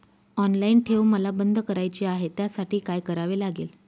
Online ठेव मला बंद करायची आहे, त्यासाठी काय करावे लागेल?